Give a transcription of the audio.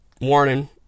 Warning